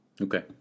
Okay